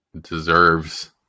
deserves